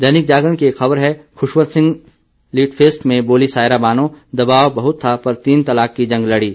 दैनिक जागरण की एक खबर है खुशवंत सिंह लिटफेस्ट में बोली सायरा बानो दबाव बहुत था पर तीन तलाक की जंग लड़ी